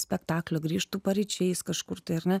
spektaklio grįžtu paryčiais kažkur tai ar ne